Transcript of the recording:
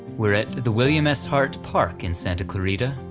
we're at the william s hart park in santa clarita,